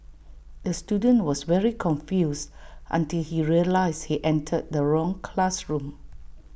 the student was very confused until he realised he entered the wrong classroom